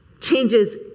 changes